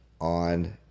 on